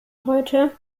heute